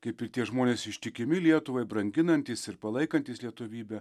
kaip ir tie žmonės ištikimi lietuvai branginantys ir palaikantys lietuvybę